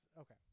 okay